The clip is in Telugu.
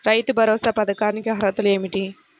రైతు భరోసా పథకానికి అర్హతలు ఏమిటీ?